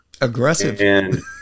Aggressive